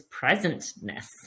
presentness